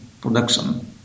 production